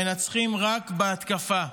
מנצחים רק בהתקפה.